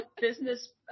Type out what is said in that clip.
business